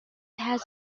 has